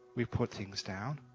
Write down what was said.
we've put things down.